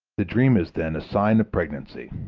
the dream is then a sign of pregnancy.